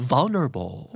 Vulnerable